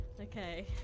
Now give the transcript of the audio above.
Okay